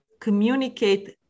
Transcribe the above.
communicate